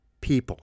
people